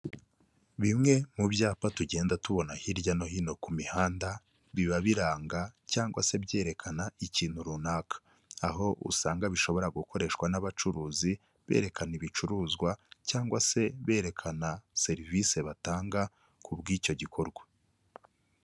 Bimwe mu byapa tugenda tubona hirya no hino ku mihanda, biba biranga cyangwa se byerekana ikintu runaka. Aho usanga bishobora gukoreshwa n'abacuruzi berekana ibicuruzwa cyangwa se berekana serivise batanga ku bw'icyo gikorwa.